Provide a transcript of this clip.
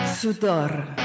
sudor